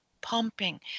pumping